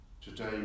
Today